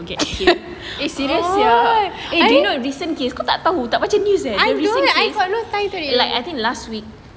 get kill serious sia you know recent cases kau tak tahu kau tak baca news ya the recent case like I think last week